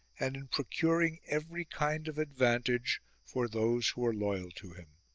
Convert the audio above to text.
and in procuring every kind of advantage for those who were loyal to him.